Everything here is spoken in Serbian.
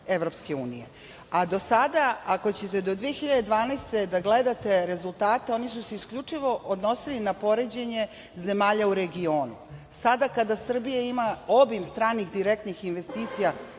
državama EU.Do sada, ako ćete do 2012. godine da gledate rezultate, oni su se isključivo odnosili na poređenje zemalja u regionu. Sada kada Srbija ima obim stranih direktnih investicija